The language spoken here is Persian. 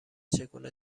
چگونه